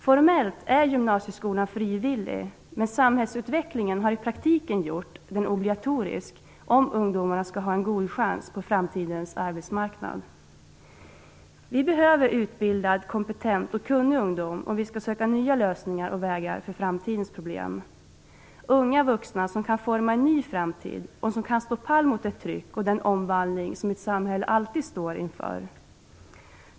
Formellt är gymnasieskolan frivillig, men samhällsutvecklingen har i praktiken gjort den obligatorisk om ungdomarna skall ha en god chans på framtidens arbetsmarknad. Vi behöver utbildad, kompetent och kunnig ungdom om vi skall söka nya lösningar och vägar för framtidens problem. Vi behöver unga vuxna som kan forma en ny framtid och som kan stå pall mot det tryck och den omvandling som ett samhälle alltid står inför.